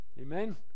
Amen